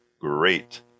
great